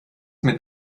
mit